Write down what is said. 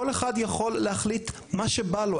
כל אחד יכול להחליט מה שבא לו,